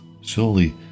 surely